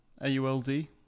A-U-L-D